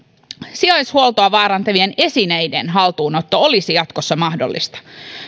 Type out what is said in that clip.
sijaishuoltoa vaarantavien esineiden haltuunotto olisi jatkossa mahdollista